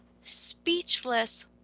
speechless